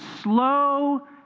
slow